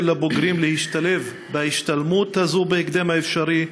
לבוגרים להשתלב בהשתלמות הזאת בהקדם האפשרי?